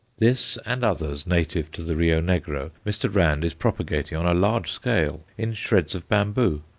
this and others native to the rio negro mr. rand is propagating on a large scale in shreds of bamboo,